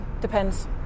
depends